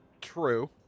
True